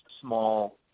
small